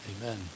Amen